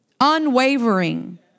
unwavering